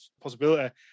possibility